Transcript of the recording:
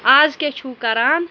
آز کیٛاہ چھُو کَران